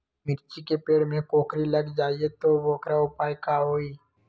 मिर्ची के पेड़ में कोकरी लग जाये त वोकर उपाय का होई?